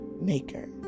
maker